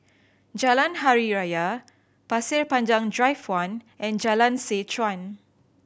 Jalan Hari Raya Pasir Panjang Drive One and Jalan Seh Chuan